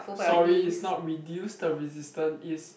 sorry is not reduce the resistant is